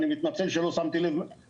אני מתנצל שלא שמתי לב